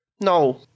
No